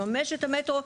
לממש את המטרו,